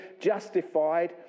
justified